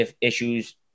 issues